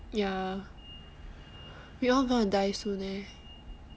ya we all going to die soon leh